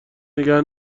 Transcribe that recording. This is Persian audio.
نگه